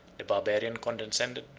the barbarian condescended,